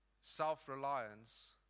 Self-reliance